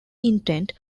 intent